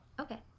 okay